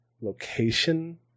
location